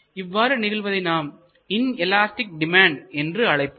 இவ்வாறு நிகழ்வதை நாம் இன் எலாஸ்டிக் டிமாண்ட் என்று அழைப்போம்